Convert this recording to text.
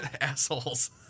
assholes